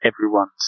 everyone's